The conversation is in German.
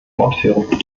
fortführen